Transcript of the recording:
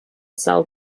cell